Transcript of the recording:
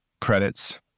credits